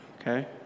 Okay